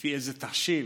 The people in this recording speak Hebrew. לפי איזה תחשיב?